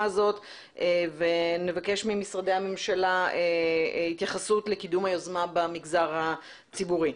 הזאת ונבקש ממשרדי הממשלה התייחסות לקידום היוזמה במגזר הציבורי.